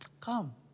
Come